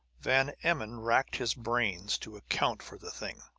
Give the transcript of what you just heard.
van emmon racked his brains to account for the thing.